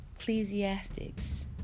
ecclesiastics